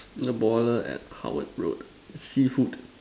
it's a baller at Howard road seafood